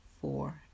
four